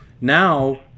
now